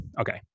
Okay